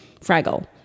fraggle